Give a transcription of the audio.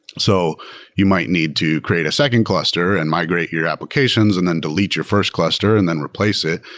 so you might need to create a second cluster and migrate your applications and then delete your first cluster and then replace it.